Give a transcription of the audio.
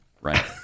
right